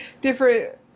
different